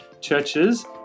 churches